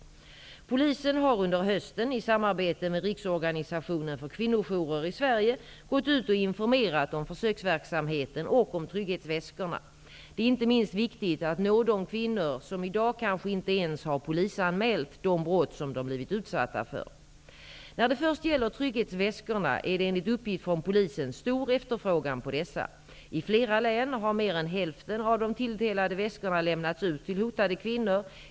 Polisen har under hösten, i samarbete med , gått ut och informerat om försöksverksamheten och om trygghetsväskorna. Det är inte minst viktigt att nå de kvinnor som i dag kanske inte ens har polisanmält de brott som de blivit utsatta för. När det först gäller trygghetsväskorna är det enligt uppgift från polisen stor efterfrågan på dessa. I flera län har mer än hälften av de tilldelade väskorna lämnats ut till hotade kvinnor.